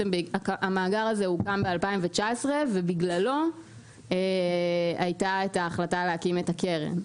המאגר הזה הוקם ב-2019 ובגללו הייתה את ההחלטה להקים את הקרן.